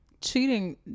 cheating